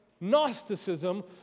Gnosticism